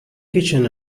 kitchen